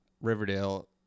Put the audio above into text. Riverdale